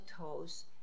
toes